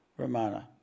Ramana